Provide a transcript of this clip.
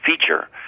feature